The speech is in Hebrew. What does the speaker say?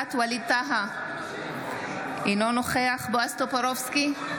נוכחת ווליד טאהא, אינו נוכח בועז טופורובסקי,